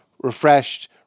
refreshed